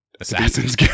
Assassins